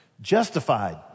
Justified